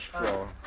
floor